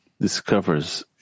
discovers